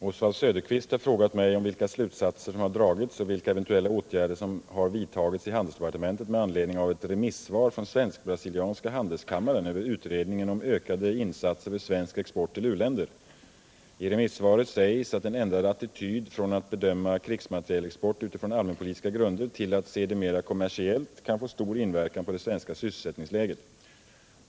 Oswald Söderqvist har frågat mig om vilka slutsatser som har dragits och vilka eventuella åtgärder som har vidtagits i handelsdepartementet med anledning av ett remissvar från Svensk-brasilianska handelskammaren angående utredningen om ökade insatser för svensk export till u-länder. I remissvaret sägs att en ändrad attityd från att bedöma krigsmaterielexport utifrån allmänpolitiska grunder till att se det mera kommersiellt kan få stor inverkan på det svenska sysselsättningsläget.